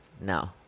no